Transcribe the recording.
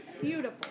Beautiful